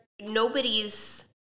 nobody's